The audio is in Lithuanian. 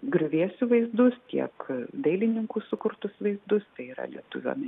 griuvėsių vaizdus tiek dailininkų sukurtus vaizdus tai yra lietuviams